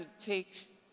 take